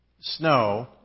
Snow